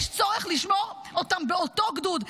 יש צורך לשמור אותם באותו גדוד.